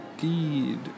deed